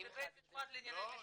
זה בית משפט לענייני משפחה.